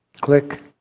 click